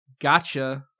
gotcha